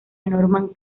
norman